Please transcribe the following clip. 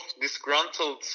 disgruntled